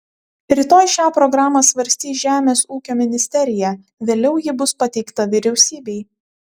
rytoj šią programą svarstys žemės ūkio ministerija vėliau ji bus pateikta vyriausybei